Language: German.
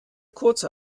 kurze